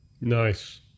Nice